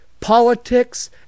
politics